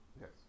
Yes